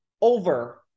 over